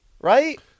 right